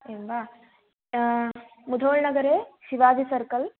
एवं वा मुधोल् नगरे शिवाजि सर्कल्